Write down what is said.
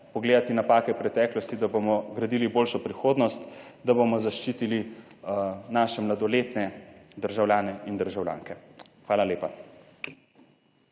pogledati napake preteklosti, da bomo gradili boljšo prihodnost, da bomo zaščitili naše mladoletne državljane in državljanke. Hvala lepa.